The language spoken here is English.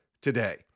today